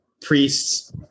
priests